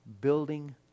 building